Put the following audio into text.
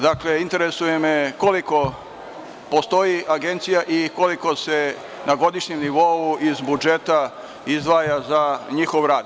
Dakle, interesuje me, koliko postoji agencija i koliko se na godišnjem nivou iz budžeta izdvaja za njihov rad?